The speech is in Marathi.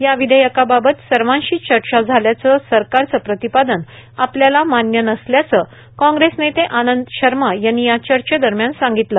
या विधेयकाबाबत सर्वाशी चर्चा झाल्याचं सरकारचं प्रतिपादन आपल्याला मान्य नसल्याचं काँग्रेस नेते आनंद शर्मा यांनी याचर्चे दरम्यान सांगितलं